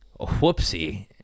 Whoopsie